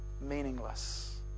meaningless